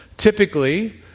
Typically